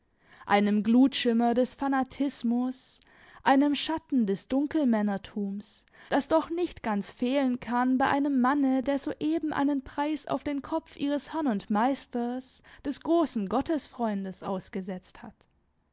einem glutschimmer des fanatismus einem schatten des dunkelmännertums das doch nicht ganz fehlen kann bei einem manne der soeben einen preis auf den kopf ihres herrn und meisters des großen gottesfreundes ausgesetzt hat